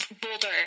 Boulder